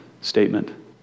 statement